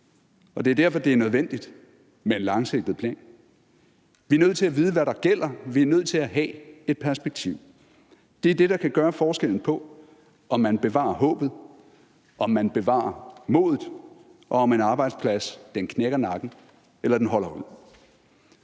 og det er derfor, det er nødvendigt med en langsigtet plan. Vi er nødt til at vide, hvad der gælder, vi er nødt til at have et perspektiv. Det er det, der kan gøre forskellen på, at man bevarer håbet, om man bevarer modet, og om en arbejdsplads knækker nakken eller den holder ud.